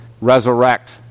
Resurrect